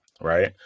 Right